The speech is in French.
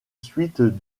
suites